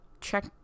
check